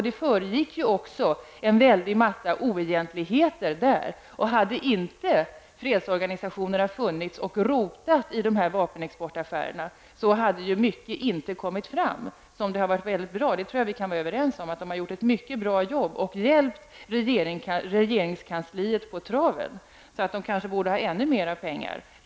Det föregick också en mängd oegentligheter där. Hade inte fredsorganisationerna funnits och rotat i de här vapenexportaffärerna, skulle det vara mycket som inte kom fram. Vi kan väl vara överens om att de har gjort ett mycket bra jobb. De har även hjälpt regeringskansliet på traven, så egentligen borde de kanske få ännu mera pengar.